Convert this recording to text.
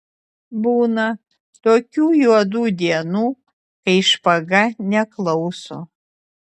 būna tokių juodų dienų kai špaga neklauso